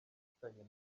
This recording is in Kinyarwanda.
afitanye